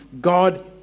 God